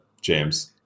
James